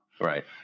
Right